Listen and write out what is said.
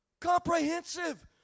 comprehensive